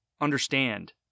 understand